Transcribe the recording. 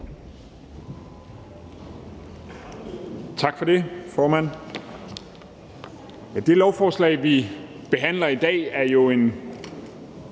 Tak for det, formand. Det lovforslag, vi behandler i dag, er jo en